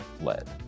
led